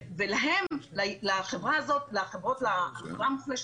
להם, לחברה המוחלשת,